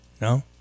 no